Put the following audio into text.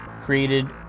created